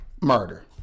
murder